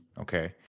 okay